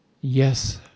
Yes